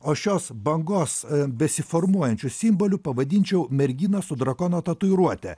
o šios bangos besiformuojančiu simboliu pavadinčiau merginą su drakono tatuiruote